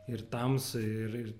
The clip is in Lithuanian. ir tamsu ir ir